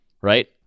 right